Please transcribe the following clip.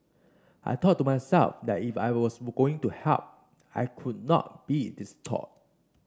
I thought to myself that if I was going to help I could not be distraught